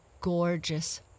gorgeous